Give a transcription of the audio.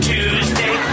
Tuesday